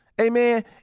amen